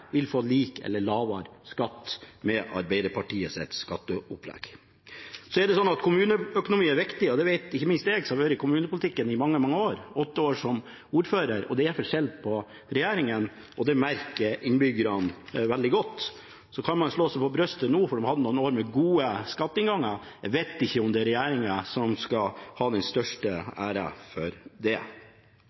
vil få lik eller lavere skatt med Arbeiderpartiets skatteopplegg. Så er kommuneøkonomi viktig, og det vet ikke minst jeg som har vært i kommunepolitikken i mange år, åtte år som ordfører. Det er forskjell på regjeringer, og det merker innbyggerne veldig godt. Så kan man slå seg på brystet nå for man har hatt noen år med gode skatteinnganger. Jeg vet ikke om det er regjeringen som skal ha den største æren for det.